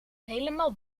helemaal